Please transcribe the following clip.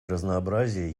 разнообразие